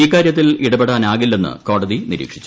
ഇക്കാര്യത്തിൽ ഇടപെടാനാകില്ലെന്ന് കോടതി നിരീക്ഷിച്ചു